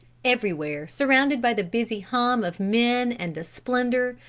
everywhere surrounded by the busy hum of men and the splendor,